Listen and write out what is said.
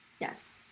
Yes